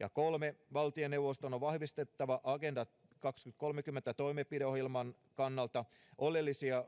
ja kolme valtioneuvoston on vahvistettava agenda kaksituhattakolmekymmentä toimenpideohjelman kannalta oleellisia